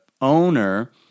owner